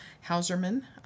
Hauserman